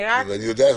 אני רוצה להתקדם,